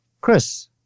Chris